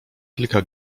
kilka